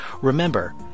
Remember